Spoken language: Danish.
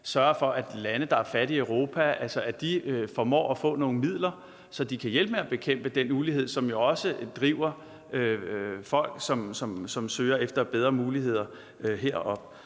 sørger for, at fattige lande i Europa får nogle midler, så de kan hjælpe med at bekæmpe den ulighed, som jo driver folk herop i søgen efter bedre muligheder.